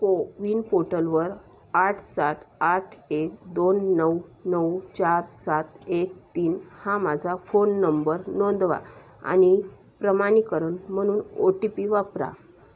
कोविन पोर्टलवर आठ सात आठ एक दोन नऊ नऊ चार सात एक तीन हा माझा फोन नंबर नोंदवा आणि प्रमाणीकरण म्हणून ओ टी पी वापरा